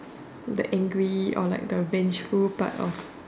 the angry or like the vengeful part of